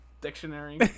dictionary